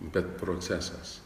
bet procesas